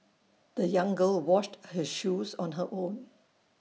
the young girl washed her shoes on her own